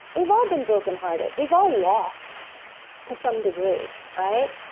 we've all been brokenhearted. we've all lost to some degree, right?